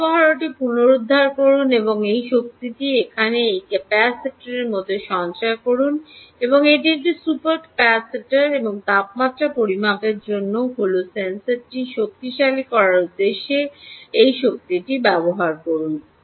সরবরাহটি পুনরুদ্ধার করুন এবং এই শক্তিটি এখানে এই ক্যাপাসিটারের মধ্যে সঞ্চয় করুন এটি একটি সুপার ক্যাপাসিটার এবং তাপমাত্রা পরিমাপের জন্য হল সেন্সরটিকে শক্তিশালী করার উদ্দেশ্যে এই শক্তিটি ব্যবহার করুন